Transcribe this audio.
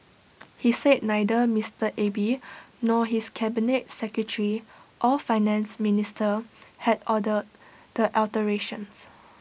he said neither Mister Abe nor his cabinet secretary or Finance Minister had ordered the alterations